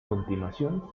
continuación